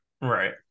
Right